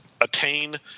attain